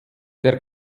der